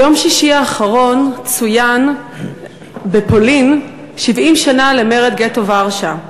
ביום שישי האחרון צוינו בפולין 70 שנה למרד גטו ורשה.